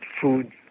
food